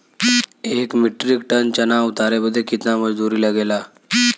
एक metric tonne चना उतारे बदे कितना मजदूरी लगे ला?